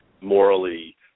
morally